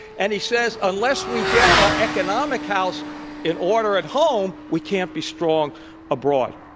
and he says unless we get our economic house in order at home, we can't be strong abroad.